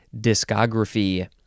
Discography